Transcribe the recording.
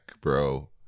bro